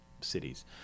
cities